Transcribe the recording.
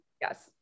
Yes